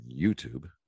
YouTube